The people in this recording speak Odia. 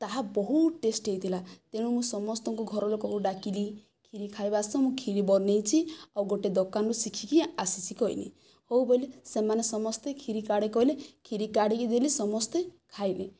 ତାହା ବହୁତ ଟେଷ୍ଟି ହୋଇଥିଲା ତେଣୁ ମୁଁ ସମସ୍ତଙ୍କୁ ଘର ଲୋକଙ୍କୁ ଡାକିଲି ଖିରୀ ଖାଇବ ଆସ ମୁଁ ଖିରୀ ବନାଇଛି ଆଉ ଗୋଟିଏ ଦୋକାନରୁ ଶିଖିକି ଆସିଛି କହିଲି ହେଉ ବୋଲେ ସେମାନେ ସମସ୍ତେ ଖିରୀ କାଢ଼େ କହିଲେ ଖିରୀ କାଢ଼ିକି ଦେଲି ସମସ୍ତେ ଖାଇଲେ